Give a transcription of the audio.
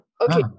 Okay